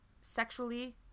sexually